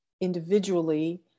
individually